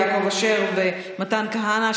יעקב אשר ומתן כהנא,